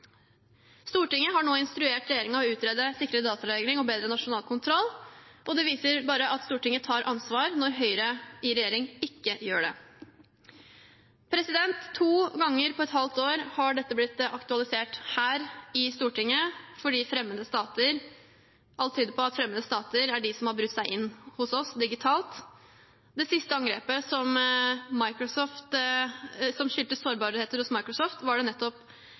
Stortinget har nå instruert regjeringen om å utrede sikrere datalagring og bedre nasjonal kontroll. Det viser bare at Stortinget tar ansvar når Høyre i regjering ikke gjør det. To ganger på et halvt år har dette blitt aktualisert her i Stortinget, for alt tyder på at det er fremmede stater som har brutt seg inn hos oss digitalt. Det siste angrepet, som skyldtes sårbarheter hos Microsoft, er det sannsynlig at nettopp